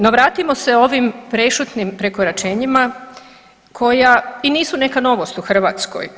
No vratimo se ovim prešutnim prekoračenjima koja i nisu neka novost u Hrvatskoj.